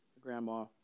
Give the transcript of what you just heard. Grandma